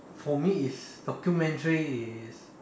for me is documentary is